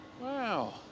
Wow